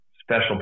special